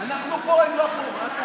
אנחנו פה, הם לא פה.